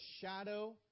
shadow